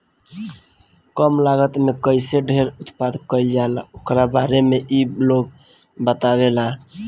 कम लागत में कईसे ढेर उत्पादन कईल जाला ओकरा बारे में इ लोग बतावेला